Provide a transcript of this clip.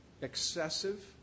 excessive